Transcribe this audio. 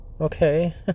Okay